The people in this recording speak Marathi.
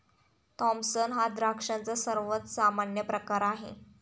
थॉम्पसन हा द्राक्षांचा सर्वात सामान्य प्रकार आहे